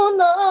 no